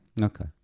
okay